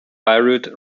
beirut